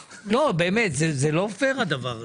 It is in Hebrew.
באמת זה לא פייר הדבר הזה,